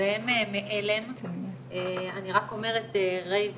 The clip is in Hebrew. אני רק אומרת ריי ומילנה.